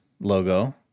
logo